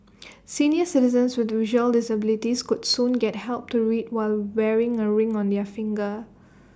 senior citizens with visual disabilities could soon get help to read while wearing A ring on their finger